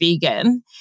vegan